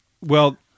well-